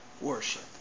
Worship